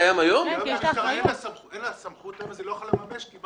היום אין לה סמכות ולכן היא לא יכולה לממש.